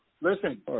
Listen